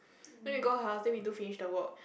then we go her house then we do finish the work